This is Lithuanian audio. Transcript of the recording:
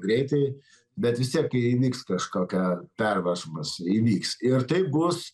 greitai bet vis tiek įvyks kažkokia perversmas įvyks ir tai bus